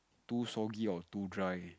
too soggy or too dry